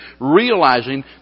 realizing